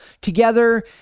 together